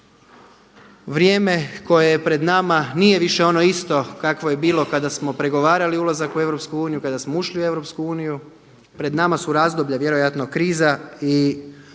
vrijeme koje je pred nama nije više ono isto kakvo je bilo kada smo pregovarali ulazak u EU, kada smo ušli u EU. Pred nama su razdoblja vjerojatno kriza i